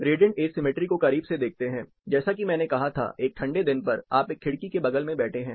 radiant asymmetry को करीब से देखते हैं जैसा कि मैंने कहा था एक ठंडे दिन पर आप एक खिड़की के बगल में बैठे हैं